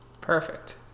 Perfect